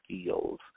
skills